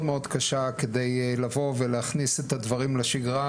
קשה כדי לבוא ולהכניס את הדברים לשגרה,